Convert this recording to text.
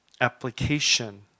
Application